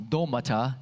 Domata